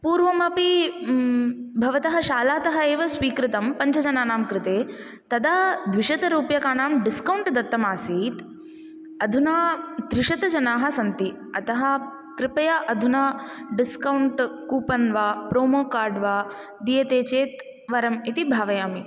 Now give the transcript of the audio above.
पूर्वमपि भवतः शालातः एव स्वीकृतं पञ्चजनानां कृते तदा द्विशतरूप्यकानां डिस्कौण्ट् दत्तमासीत् अधुना त्रिशतजनाः सन्ति अतः कृपया अधुना डिस्कौण्ट् कूपन् वा प्रोमो कार्ड् वा दीयते चेत् वरं इति भावयामि